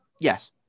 Yes